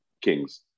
Kings